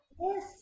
yes